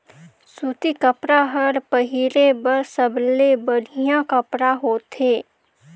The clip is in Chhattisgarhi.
सूती कपड़ा हर पहिरे बर सबले बड़िहा कपड़ा होथे